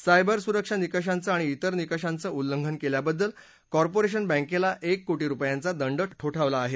cyber सुरक्षा निकषांचं आणि इतर निकषांचं उल्लंघन केल्याबद्वल कॉर्पोरेशन बँकेला एक कोटी रुपयांचा दंड ठोठावला आहे